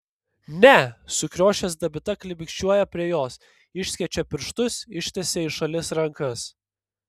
ne sukriošęs dabita klibikščiuoja prie jos išskečia pirštus ištiesia į šalis rankas